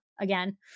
Again